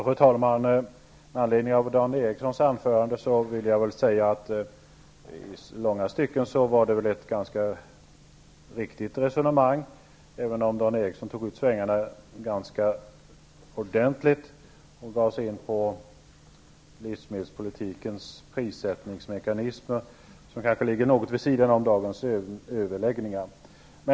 Fru talman! Med anledning av Dan Erikssons anförande vill jag säga att det i långa stycken var ett ganska riktigt resonemang, även om Dan Eriksson tog ut svängarna ganska ordentligt och gav sig in på livsmedelspolitikens prissättningsmekanismer, som kanske ligger något vid sidan av dagens överläggningar.